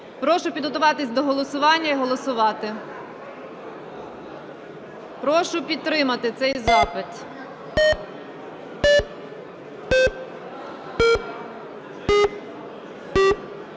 Прошу підготуватись до голосування і голосувати. Прошу підтримати цей запит.